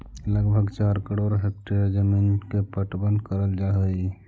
लगभग चार करोड़ हेक्टेयर जमींन के पटवन करल जा हई